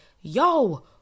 yo